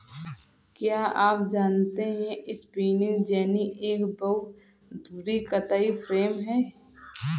क्या आप जानते है स्पिंनिंग जेनि एक बहु धुरी कताई फ्रेम है?